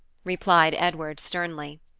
replied edward sternly.